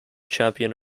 champion